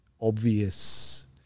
obvious